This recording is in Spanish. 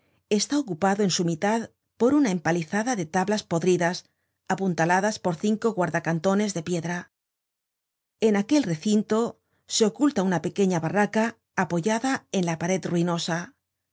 está ocupado en su mitad por una empalizada de tablas podridas apuntaladas por cinco guarda cantones de piedra en aquel recinto se oculta una pequeña barraca apoyada en la pared ruinosa